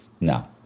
no